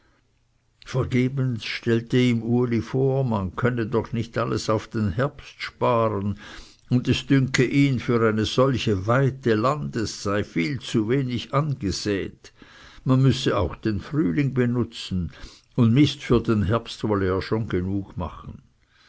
vergebens stellte ihm uli vor man könne doch nicht alles auf den herbst sparen und es dünke ihn für eine solche weite landes sei viel zu wenig angesäet man müsse auch den frühling benutzen und mist für den herbst wolle er schon genug machen